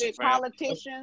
Politicians